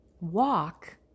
walk